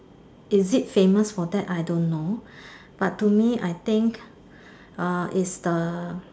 is it famous for that I don't know but to me I think uh is the